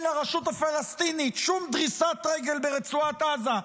לרשות הפלסטינית שום דריסת רגל ברצועת עזה,